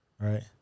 right